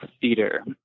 theater